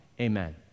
Amen